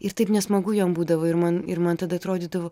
ir taip nesmagu jam būdavo ir man ir man tada atrodydavo